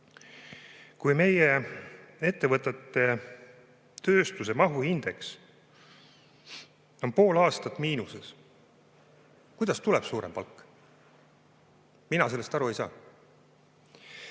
Kui meie ettevõtete tööstuse mahuindeks on pool aastat miinuses, siis kuidas tuleb suurem palk? Mina sellest aru ei